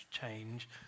change